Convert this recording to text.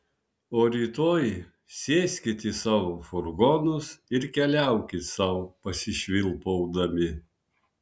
o rytoj sėskit į savo furgonus ir keliaukit sau pasišvilpaudami